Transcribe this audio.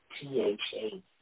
T-H-A